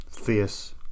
fierce